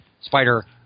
Spider